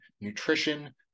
nutrition